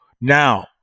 Now